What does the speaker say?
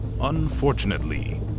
Unfortunately